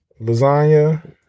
Lasagna